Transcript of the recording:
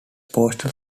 postal